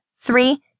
three